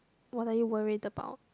what are you worried about